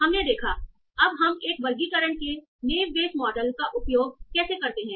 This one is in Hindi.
हमने देखा अब हम एक वर्गीकरण के नेव बेयस मॉडल का उपयोग कैसे करते हैं